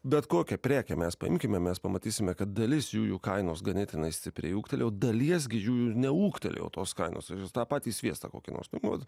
bet kokią prekę mes paimkime mes pamatysime kad dalis jų jų kainos ganėtinai stipriai ūgtelėjo dalies gi jų jų neūgtelėjo tos kainos tą patį sviestą kokį nors vat